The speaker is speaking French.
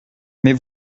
mais